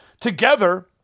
together